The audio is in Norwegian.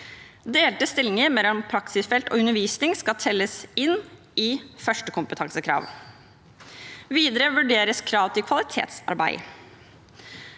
Delte stillinger mellom praksisfelt og undervisning skal telles med i førstekompetansekrav. Videre vurderes krav til kvalitetsarbeid.